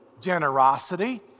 generosity